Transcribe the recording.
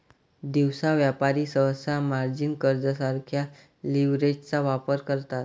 दिवसा व्यापारी सहसा मार्जिन कर्जासारख्या लीव्हरेजचा वापर करतात